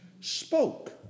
spoke